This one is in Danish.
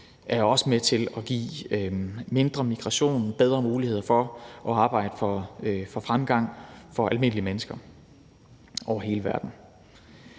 er med til at give mindre migration og bedre muligheder for at arbejde for fremgang for almindelige mennesker over hele verden.